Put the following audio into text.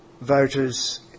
voters